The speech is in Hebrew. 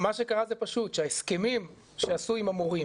מה שקרה זה פשוט שההסכמים שעשו עם המורים,